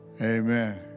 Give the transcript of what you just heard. Amen